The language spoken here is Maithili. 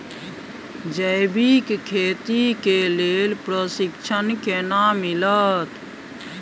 जैविक खेती के लेल प्रशिक्षण केना मिलत?